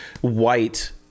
white